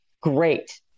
great